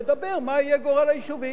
נדבר מה יהיה גורל היישובים.